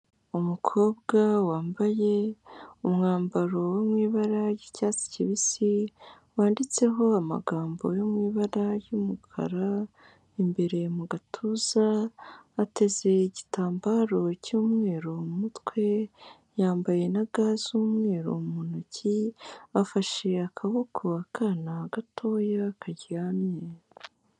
Umukobwa wambaye umwambaro wo mu ibara ry'icyatsi kibisi, wanditseho amagambo yo mu ibara ry'umukara, imbere mu gatuza ateze igitambaro cy'umweru mu mutwe, yambaye na ga z'umweru mu ntoki, afashe akaboko akana gatoya karyamye.